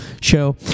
show